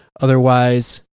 Otherwise